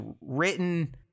written